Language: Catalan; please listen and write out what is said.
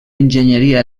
enginyeria